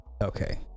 okay